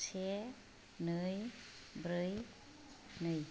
से नै ब्रै नै